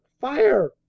fire